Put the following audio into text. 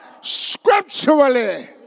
scripturally